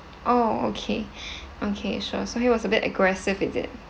oh okay okay sure so he was a bit aggressive is it